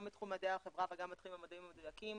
גם בתחום מדעי החברה וגם בתחום המדעים המדויקים,